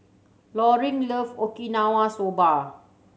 Loring love Okinawa Soba